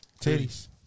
Titties